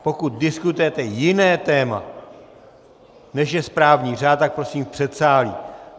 Pokud diskutujete jiné téma, než je správní řád, tak prosím v předsálí.